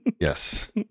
Yes